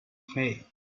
fate